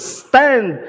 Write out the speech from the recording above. stand